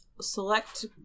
select